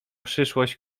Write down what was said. przyszłość